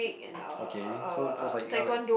okay so those like are like